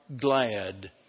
glad